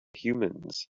humans